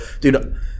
Dude